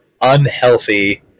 unhealthy